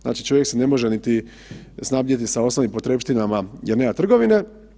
Znači čovjek se ne može niti snabdjeti sa osobnim potrepštinama jer nema trgovine.